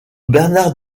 bernard